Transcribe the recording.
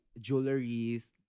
jewelries